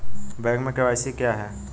Bank में KYC क्या है?